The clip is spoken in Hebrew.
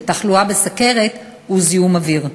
לתחלואה בסוכרת הוא זיהום אוויר,